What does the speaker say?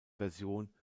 version